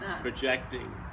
projecting